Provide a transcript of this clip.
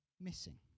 missing